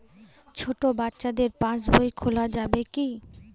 ছোট বাচ্চাদের পাশবই খোলা যাবে কি?